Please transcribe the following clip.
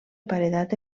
paredat